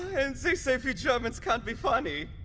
and zey say ve germans can't be funny.